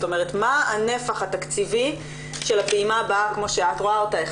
מה הנפח התקציבי של הפעימה הבאה כמו שאת רואה אותה,